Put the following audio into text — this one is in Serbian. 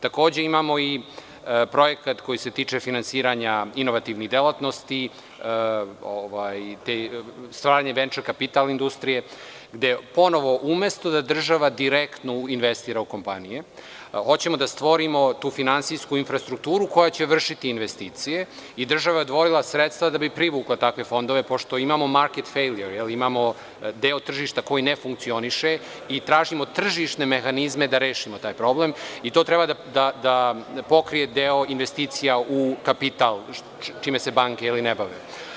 Takođe, imamo i projekat koji se tiče finansiranja inovativnih delatnosti, gde ponovo umesto da država direktno investira u kompanije hoćemo da stvorimo tu finansijsku infrastrukturu koja će vršiti investicije i država je odvojila sredstva da bi privukla takve fondove, pošto imamo market fejlijor, deo tržišta koji ne funkcioniše i tražimo tržišne mehanizme da rešimo taj problem i to treba da pokrije deo investicija u kapital, čime se banke ne bave.